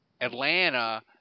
Atlanta